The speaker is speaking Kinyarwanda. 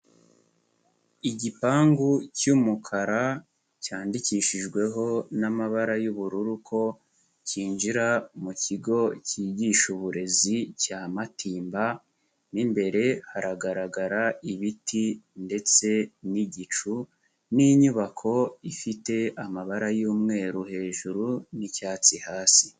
Igipangu cy'umukara cyandikishijweho n'amabara y'ubururu ko kinjira mu kigo kigisha uburezi cya Matimba, mo imbere haragaragara ibiti ndetse n'igicu n'inyubako ifite amabara y'umweru hejuru n'icyatsi hasi.